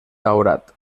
daurat